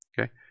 Okay